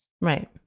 Right